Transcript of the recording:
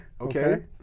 Okay